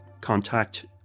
contact